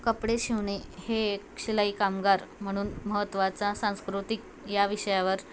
कपडे शिवणे हे एक शिलाई कामगार म्हणून महत्त्वाचा सांस्कृतिक या विषयावर